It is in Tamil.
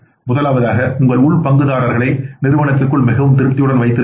முதலாவதாக உங்கள் உள் பங்குதாரர்களை நிறுவனத்திற்குள் மிகவும் திருப்தியுடன் வைத்திருக்க வேண்டும்